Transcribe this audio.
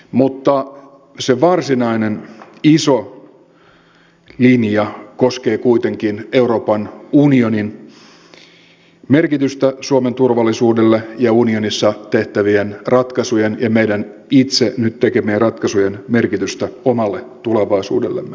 mutta se varsinainen iso linja koskee kuitenkin euroopan unionin merkitystä suomen turvallisuudelle ja unionissa tehtävien ratkaisujen ja meidän itse nyt tekemiemme ratkaisujen merkitystä omalle tulevaisuudellemme